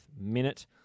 minute